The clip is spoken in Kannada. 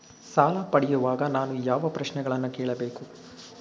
ಸಾಲ ಪಡೆಯುವಾಗ ನಾನು ಯಾವ ಪ್ರಶ್ನೆಗಳನ್ನು ಕೇಳಬೇಕು?